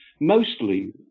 mostly